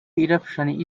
eruption